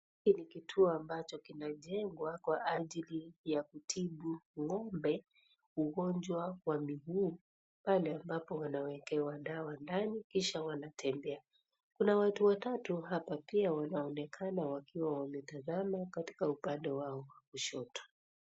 Hiki ni kituo ambacho kinajengwa kwa ajili ya kutibu ng'ombe ugonjwa wa miguu, pale ambapo wanawekewa dawa ndani kisha wanatembea. Kuna watu watatu hapa pia wanaonekana wakiwa wanatazama katika upande wao kushoto.